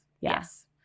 yes